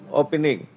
opening